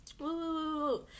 Woo